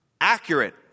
accurate